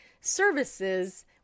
services